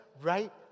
right